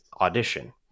audition